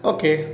Okay